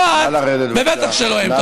לא את ובטח שלא הם.